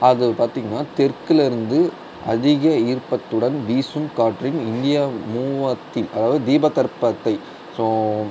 அது பார்த்திங்கனா தெற்கில் இருந்து அதிக ஈர்பதத்துடன் வீசும் காற்றின் இந்தியா மூவர்த்தி அதாவது தீபதர்பத்தை ஸோ